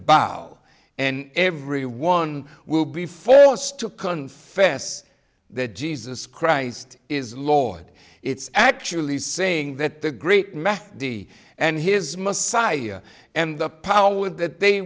bow and everyone will be forced to confess that jesus christ is lord it's actually saying that the great methody and his messiah and the power that they